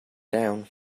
down